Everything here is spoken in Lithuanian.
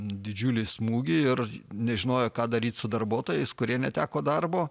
didžiulį smūgį ir nežinojo ką daryt su darbuotojais kurie neteko darbo